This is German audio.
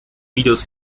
videos